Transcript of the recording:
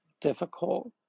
difficult